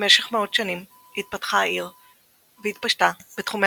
במשך מאות שנים התפתחה העיר והתפשטה בתחומי